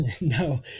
No